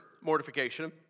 mortification